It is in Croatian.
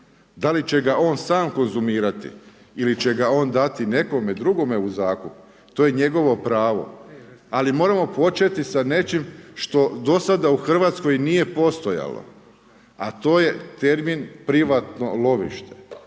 Da li će ga on sam konzumirati ili će ga on dati nekom drugom u zakup to je njegovo pravo. Ali moramo početi s nečim što do sada u Hrvatskoj nije postojalo. A to je termin privatno lovište.